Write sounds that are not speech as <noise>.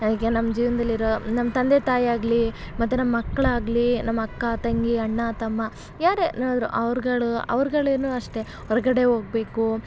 ಅದಕ್ಕೆ ನಮ್ಮ ಜೀವನದಲ್ಲಿ ಇರೋ ನಮ್ಮ ತಂದೆ ತಾಯಿ ಆಗಲಿ ಮತ್ತು ನಮ್ಮ ಮಕ್ಳು ಆಗಲಿ ನಮ್ಮ ಅಕ್ಕ ತಂಗಿ ಅಣ್ಣ ತಮ್ಮ ಯಾರೇ <unintelligible> ಅವ್ರುಗಳು ಅವ್ರುಗಳೇನೊ ಅಷ್ಟೆ ಹೊರಗಡೆ ಹೋಗ್ಬೇಕು